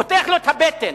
פותח לו את הבטן,